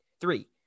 three